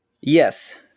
Yes